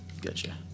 Gotcha